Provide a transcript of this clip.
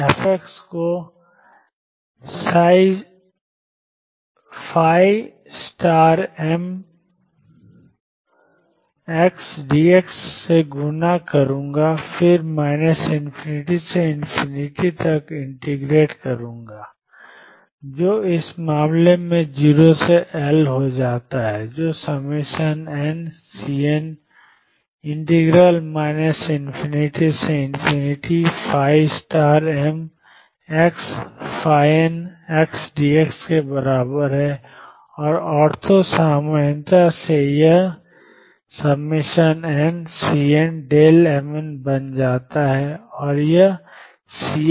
मैं f को mdx से गुणा करूंगा फिर ∞ से तक इंटीग्रेट करूंगा जो इस मामले में 0 से L हो जाता है जो nCn ∞mxndx के बराबर है और ऑर्थो सामान्यता से यह nCnmn बन जाता है और यह Cm के बराबर है